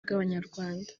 bw’abanyarwanda